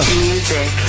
music